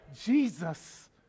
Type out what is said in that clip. Jesus